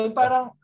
parang